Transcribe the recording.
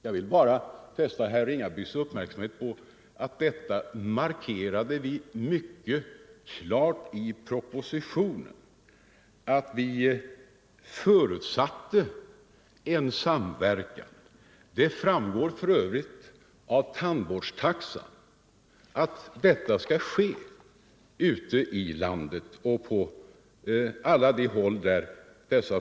Jag vill bara fästa herr Ringabys uppmärksamhet på att detta markerade vi mycket klart i propositionen. Vi förutsatte en samverkan, bl.a. när det gäller akutoch jourtandvården. I tandvårdstaxan har också hänsyn tagits till detta.